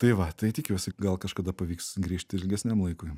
tai va tai tikiuosi gal kažkada pavyks grįžti ir ilgesniam laikui